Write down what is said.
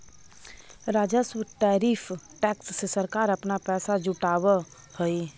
राजस्व tariff tax से सरकार अपना पैसा जुटावअ हई